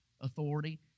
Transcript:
authority